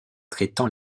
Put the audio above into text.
traitant